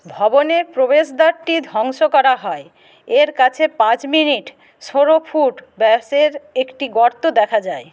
ভবনের প্রবেশদ্বারটি ধ্বংস করা হয় এর কাছে পাঁচ মিনিট ষোলো ফুট ব্যাসের একটি গর্ত দেখা যায়